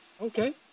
Okay